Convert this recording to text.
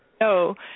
No